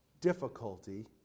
difficulty